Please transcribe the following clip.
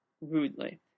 rudely